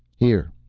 here.